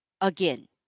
Again